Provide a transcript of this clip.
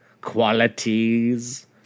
qualities